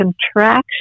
contraction